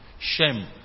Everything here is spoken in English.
Shem